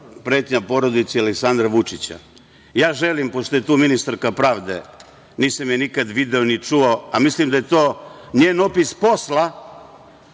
pretnja porodici Aleksandra Vučića. Pošto je tu ministarka pravde, nisam je nikad video ni čuo, a mislim da je to njen opis posla,